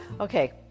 Okay